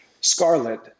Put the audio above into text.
scarlet